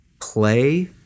play